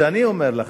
שאני אומר לכם,